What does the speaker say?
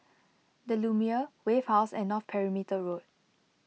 the Lumiere Wave House and North Perimeter Road